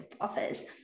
offers